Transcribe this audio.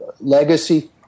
legacy